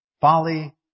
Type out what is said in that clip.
Folly